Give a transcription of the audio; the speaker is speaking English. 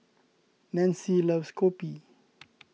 Nancy loves Kopi